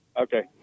okay